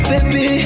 Baby